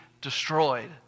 destroyed